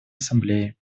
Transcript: ассамблеи